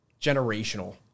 Generational